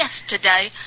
yesterday